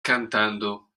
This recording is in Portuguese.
cantando